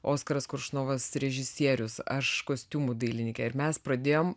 oskaras koršunovas režisierius aš kostiumų dailininkė ir mes pradėjom